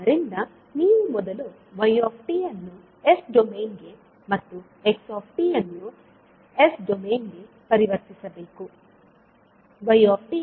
ಆದ್ದರಿಂದ ನೀವು ಮೊದಲು y ಅನ್ನು ಎಸ್ ಡೊಮೇನ್ ಗೆ ಮತ್ತು x ಅನ್ನು ಡೊಮೇನ್ ಗೆ ಪರಿವರ್ತಿಸಬೇಕು